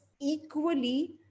equally